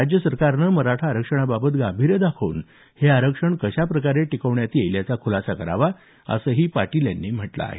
राज्य सरकारने मराठा आरक्षणाबाबत गांभीर्य दाखवून हे आरक्षण कशा प्रकारे टिकवण्यात येईल याचा खुलासा करावा असंही पाटील यांनी म्हटलं आहे